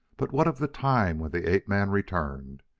but what of the time when the ape-man returned?